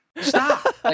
Stop